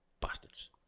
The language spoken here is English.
Bastards